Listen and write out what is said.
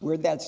where that's